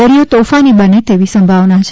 દરિયો તોફાની બને તેવી સંભાવના છે